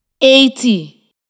eighty